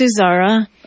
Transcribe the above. Suzara